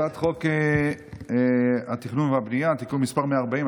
הצעת חוק התכנון והבנייה (תיקון מס' 140),